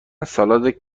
سالاد